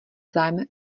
zájem